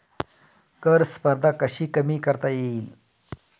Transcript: कर स्पर्धा कशी कमी करता येईल?